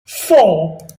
four